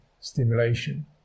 stimulation